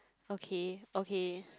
okay okay